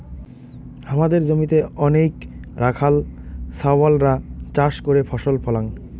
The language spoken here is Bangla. হামাদের জমিতে অনেইক রাখাল ছাওয়ালরা চাষ করে ফসল ফলাং